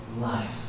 life